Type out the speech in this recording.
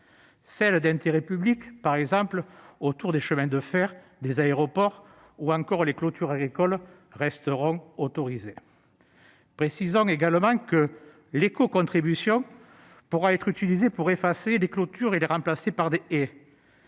clôtures d'intérêt public, par exemple autour des chemins de fer et des aéroports, ou encore les clôtures agricoles, resteront autorisées. Précisons également que l'écocontribution pourra être utilisée pour effacer les clôtures et les remplacer par des haies.